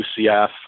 UCF